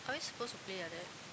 are we suppose to play like that